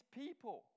people